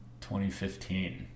2015